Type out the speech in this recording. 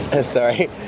Sorry